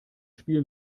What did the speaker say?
spiel